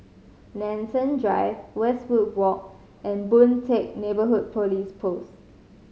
Nanson Drive Westwood Walk and Boon Teck Neighbourhood Police Post